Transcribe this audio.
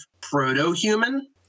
proto-human